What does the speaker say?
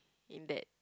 in that